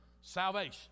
salvation